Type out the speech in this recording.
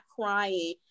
crying